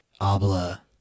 Abla